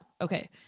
okay